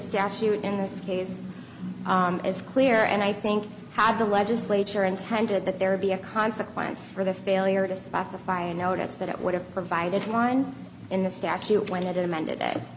statute in this case is clear and i think had the legislature intended that there be a consequence for the failure to specify a notice that it would have provided line in the statute when it amende